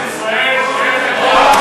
ארץ-ישראל שייכת לעם